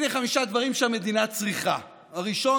הינה חמישה דברים שהמדינה צריכה: הראשון